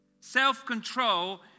Self-control